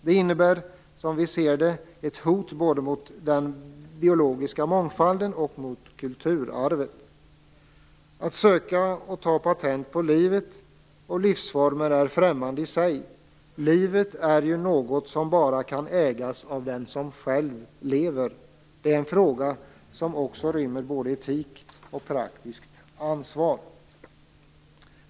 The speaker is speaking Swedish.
Det innebär, som vi ser det, ett hot både mot den biologiska mångfalden och mot kulturarvet. Att söka och ta patent på livet och livsformer är främmande i sig. Livet är ju något som bara kan ägas av den som själv lever. Det är en fråga som rymmer både etik och praktiskt ansvar.